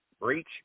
breach